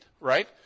right